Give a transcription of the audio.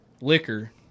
liquor